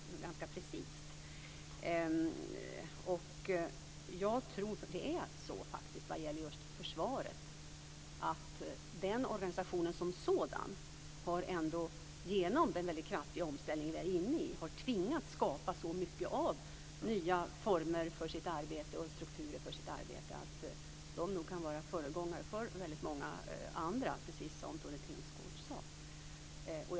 Just försvaret tror jag, genom den mycket kraftiga omställning som den organisationen som sådan är inne i, har tvingats skapa så mycket av nya former och strukturer för sitt arbete att man nog kan vara föregångare för väldigt många andra, precis som Tone Tingsgård sade.